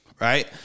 right